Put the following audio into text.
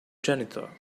janitor